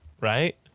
right